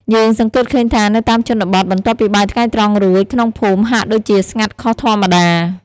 យើងសង្កេតឃើញថា នៅតាមជនបទ បន្ទាប់ពីបាយថ្ងៃត្រង់រួច ក្នុងភូមិហាក់ដូចជាស្ងាត់ខុសធម្មតា។